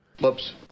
Whoops